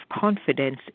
confidence